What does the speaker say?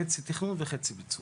חצי תכנון וחצי ביצוע.